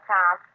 Tom